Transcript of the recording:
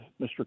Mr